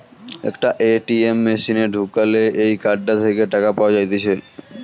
একটা এ.টি.এম মেশিনে ঢুকালে এই কার্ডটা থেকে টাকা পাওয়া যাইতেছে